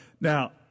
now